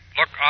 Look